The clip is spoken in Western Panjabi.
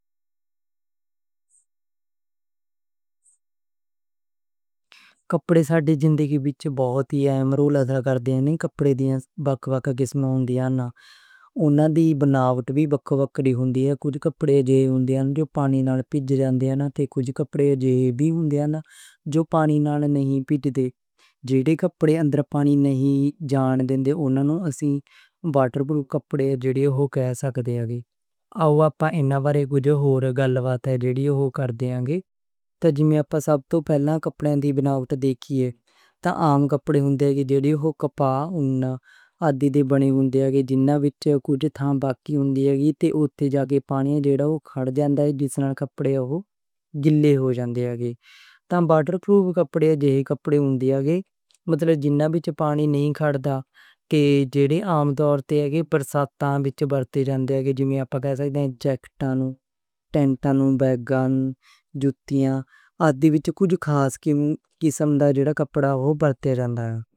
کپڑے ساڈی زندگی وچ بہت اہم رول ادا کردے نیں۔ کپڑیاں دیاں مختلف قسمہ ہوندیاں نیں۔ اُنہاں دی بناوٹ وی مختلف قسم دی ہوندی اے۔ کجھ کپڑے پانی نال پج جاندے نیں۔ جیہڑے کپڑے اندر پانی نئیں جان دیندے اوہ آپا واٹر پروف کپڑے کہہ سکدے آں۔ آپا انہاں بارے کجھ ہور گل بات کردے آں۔ سب توں پہلاں کپڑیاں دی بناوٹ ویکھئے۔ عام کپڑے اوہناں توں بنے ہوندے نیں جنہاں وچ پانی وگ کے لنگھ جاندا اے، جس نال کپڑے گیلے ہو جاندے نیں۔ تے واٹر پروف کپڑے دا مطلب اے جنہاں وچ پانی نئیں گھس سکدا۔ عام طور تے بارش وچ پائے جاندے نیں۔ جیمیں آپا کہہ سکدے آں کہ رین جیکٹاں تے بوٹاں آدی وچ کجھ خاص قسم دا کپڑا ہوندا اے۔